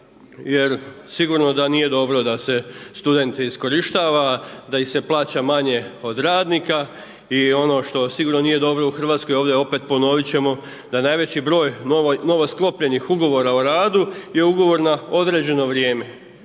Jer sigurno da nije dobro da se student iskorištava, da se plaća manje od radnika i ono što sigurno nije dobro u Hrvatskoj, ono opet, ponoviti ćemo, da najveći broj novosklopljenih ugovora o radu je u govor na određeno vrijeme,